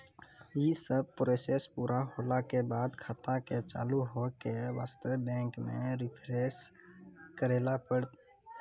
यी सब प्रोसेस पुरा होला के बाद खाता के चालू हो के वास्ते बैंक मे रिफ्रेश करैला पड़ी?